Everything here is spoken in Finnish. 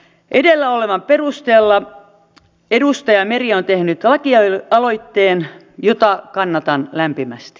edellä olevan perusteella edustaja meri on tehnyt lakialoitteen jota kannatan lämpimästi